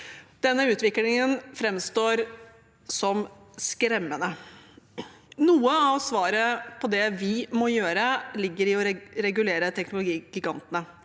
Denne utviklingen framstår som skremmende. Noe av svaret på det vi må gjøre, ligger i å regulere teknologigigantene.